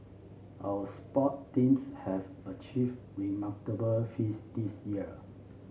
our sport teams have achieved remarkable feats this year